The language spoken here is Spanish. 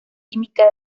química